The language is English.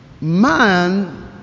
Man